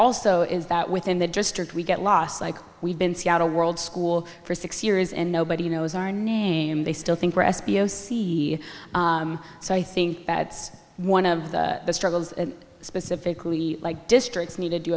also is that within the district we get lost like we've been seattle world school for six years and nobody knows our name they still think rest b o c so i think that's one of the struggles and specifically like districts